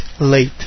Late